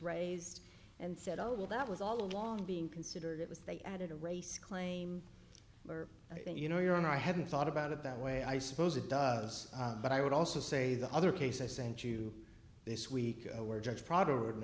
raised and said oh well that was all along being considered it was they added a race claim i think you know your honor i haven't thought about it that way i suppose it does but i would also say the other case i sent you this week were judge prad